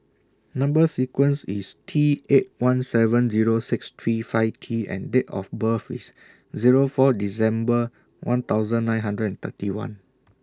Number sequence IS T eight one seven Zero six three five T and Date of birth IS Zero four December one thousand nine hundred and thirty one